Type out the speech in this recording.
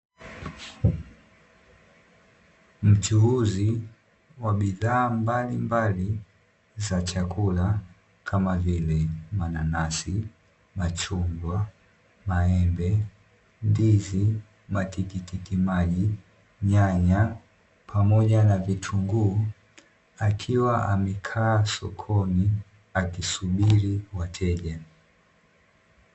Mchuuzi wa bidhaa mbalimbali za chakula kama vile mananasi ,machungwa ,maembe ,ndizi ,matikitiki maji, nyanya pamoja na vitunguu akiwa amekaa sokoni akisubiri wateja .